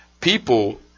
people